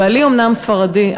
בעלי אומנם ספרדי,